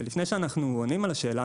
לפני שאנחנו עונים על השאלה,